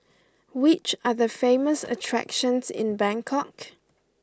which are the famous attractions in Bangkok